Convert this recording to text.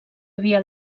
havia